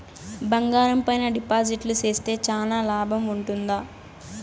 బంగారం పైన డిపాజిట్లు సేస్తే చానా లాభం ఉంటుందా?